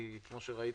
כי כמו שראיתם,